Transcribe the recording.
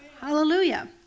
Hallelujah